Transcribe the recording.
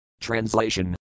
Translation